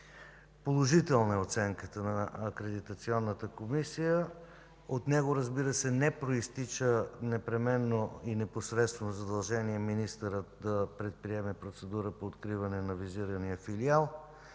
Положителна е оценката на Акредитационната комисия. От него, разбира се, не произтича непременно и непосредствено задължение министърът да предприеме процедура по откриване на визирания филиал,